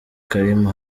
karim